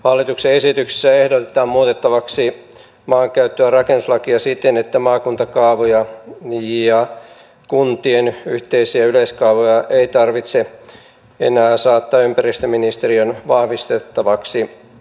hallituksen esityksessä ehdotetaan muutettavaksi maankäyttö ja rakennuslakia siten että maakuntakaavoja ja kuntien yhteisiä yleiskaavoja ei tarvitse enää saattaa ympäristöministeriön vahvistettavaksi